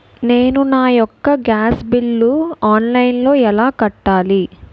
నేను నా యెక్క గ్యాస్ బిల్లు ఆన్లైన్లో ఎలా కట్టాలి?